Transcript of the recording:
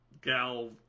gal